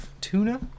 tuna